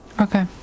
Okay